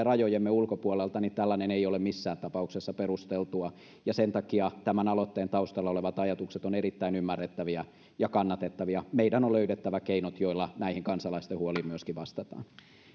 rajojemme ulkopuolelta niin tällainen ei ole missään tapauksessa perusteltua ja sen takia tämän aloitteen taustalla olevat ajatukset ovat erittäin ymmärrettäviä ja kannatettavia meidän on löydettävä keinot joilla näihin kansalaisten huoliin myöskin vastataan